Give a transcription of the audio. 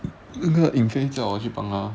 那个 yin fei 叫我去帮她